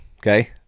okay